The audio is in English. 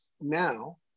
now